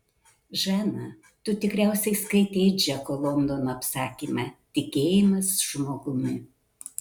žana tu tikriausiai skaitei džeko londono apsakymą tikėjimas žmogumi